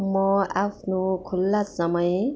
म आफ्नो खुला समय